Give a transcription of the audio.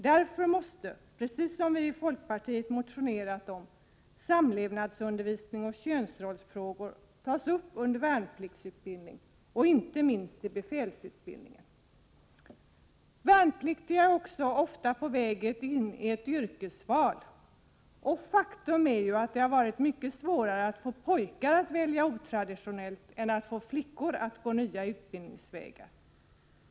Därför måste, precis som vi i folkpartiet motionerat om, samlevnadsundervisning och könsrollsfrågor tas upp i värnpliktsutbildningen och inte minst i befälsutbildningen. De värnpliktiga är också ofta på väg in i ett yrkesval. Faktum är att det har varit mycket svårare att få pojkar att välja otraditionellt än att få flickorna att gå nya utbildningsvägar.